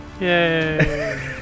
Yay